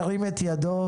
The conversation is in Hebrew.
ירים את ידו.